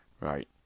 right